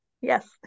yes